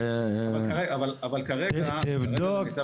תבדוק.